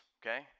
okay